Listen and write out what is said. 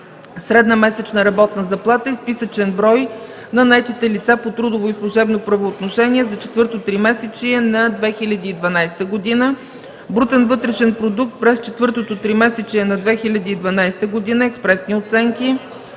„Средна месечна работна заплата и списъчен брой на наетите лица по трудово и служебно правоотношение за четвърто тримесечие на 2012 г.”, „Брутен вътрешен продукт през четвъртото тримесечие на 2012 г. – експресни оценки”,